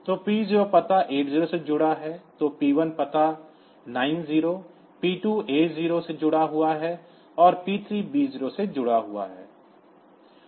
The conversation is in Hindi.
तो P0 पता 80 से जुड़ा है तो P1 पता 90 P2 A0 से जुड़ा हुआ है और P3 B0 से जुड़ा है